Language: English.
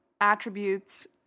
attributes